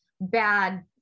bad